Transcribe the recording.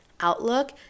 outlook